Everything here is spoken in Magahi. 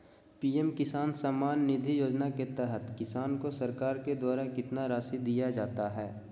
पी.एम किसान सम्मान निधि योजना के तहत किसान को सरकार के द्वारा कितना रासि दिया जाता है?